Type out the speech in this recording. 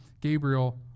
gabriel